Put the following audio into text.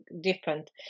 different